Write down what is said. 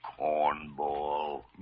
cornball